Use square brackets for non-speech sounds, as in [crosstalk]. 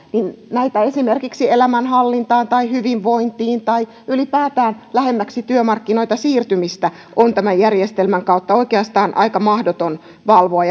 niin esimerkiksi näitä elämänhallintaan hyvinvointiin tai ylipäätään lähemmäksi työmarkkinoita siirtymisen kysymyksiä on tämän järjestelmän kautta oikeastaan aika mahdotonta valvoa [unintelligible]